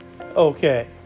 Okay